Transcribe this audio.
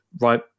right